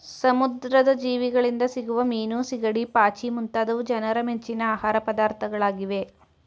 ಸಮುದ್ರದ ಜೀವಿಗಳಿಂದ ಸಿಗುವ ಮೀನು, ಸಿಗಡಿ, ಪಾಚಿ ಮುಂತಾದವು ಜನರ ಮೆಚ್ಚಿನ ಆಹಾರ ಪದಾರ್ಥಗಳಾಗಿವೆ